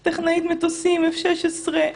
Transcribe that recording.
הייתי טכנאית מטוסים F-16,